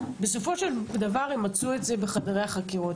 בסופו של דבר הם מצאו את זה בחדרי החקירות.